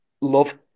love